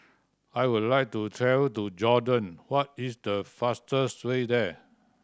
I would like to travel to Jordan what is the fastest way there